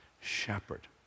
shepherd